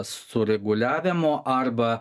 sureguliavimo arba